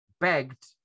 begged